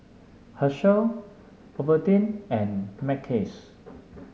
Herschel Ovaltine and Mackays